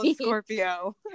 Scorpio